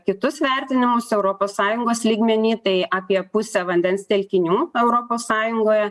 kitus vertinimus europos sąjungos lygmeny tai apie pusę vandens telkinių europos sąjungoje